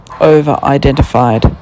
over-identified